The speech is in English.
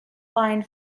find